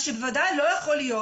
מה שבוודאי לא יכול להיות,